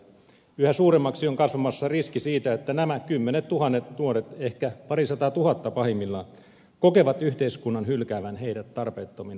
yhä suuremmaksi on kasvamassa riski siitä että nämä kymmenettuhannet nuoret ehkä parisataatuhatta pahimmillaan kokevat yhteiskunnan hylkäävän heidät tarpeettomina